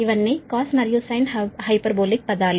ఇవన్నీ cos మరియు sin hyperbolic పదాలు